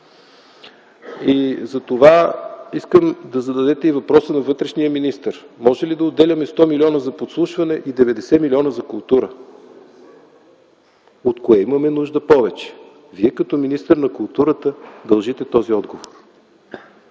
Затова искам да зададете и въпроса на вътрешния министър: може ли да отделяме 100 милиона за подслушване и 90 милиона за култура? От кое имаме нужда повече? Вие като министър на културата дължите този отговор.